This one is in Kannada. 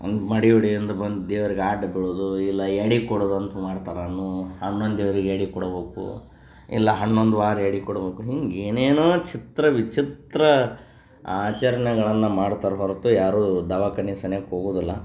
ಒಂದು ಮಡಿ ಉಡಿಯಿಂದ ಬಂದು ದೇವ್ರಿಗೆ ಅಡ್ಡ ಬೀಳೋದು ಇಲ್ಲ ಎಡೆ ಕೊಡೋದ್ ಅಂತ ಮಾಡ್ತಾರೆ ಹನು ಹನ್ನೊಂದು ದೇವ್ರಿಗೆ ಎಡೆ ಕೊಡ್ಬೇಕು ಇಲ್ಲ ಹನ್ನೊಂದು ವಾರ ಎಡೆ ಕೊಡ್ಬೇಕ್ ಹಿಂಗೆ ಏನೇನೋ ಚಿತ್ರ ವಿಚಿತ್ರ ಆಚರಣೆಗಳನ್ನ ಮಾಡ್ತಾರೆ ಹೊರತು ಯಾರೂ ದವಾಖಾನೆ ಸನಿಹಕ್ ಹೋಗೂದಿಲ್ಲ